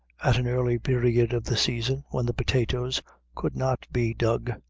at an early period of the season, when the potatoes could not be dug,